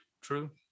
True